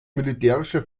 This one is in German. militärische